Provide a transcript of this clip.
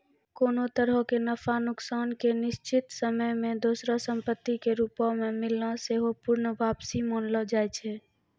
कोनो तरहो के नफा नुकसान के निश्चित समय मे दोसरो संपत्ति के रूपो मे मिलना सेहो पूर्ण वापसी मानलो जाय छै